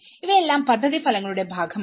ഇവയെല്ലാം പദ്ധതി ഫലങ്ങളുടെ ഭാഗമാണ്